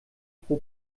pro